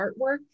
artwork